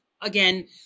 again